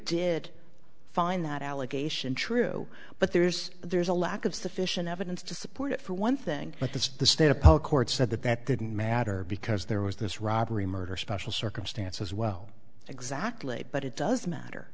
did find that allegation true but there's there's a lack of sufficient evidence to support it for one thing but that's the state appellate court said that that didn't matter because there was this robbery murder special circumstance as well exactly but it does matter